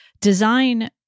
design